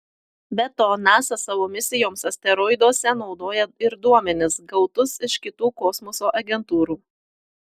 be to nasa savo misijoms asteroiduose naudoja ir duomenis gautus iš kitų kosmoso agentūrų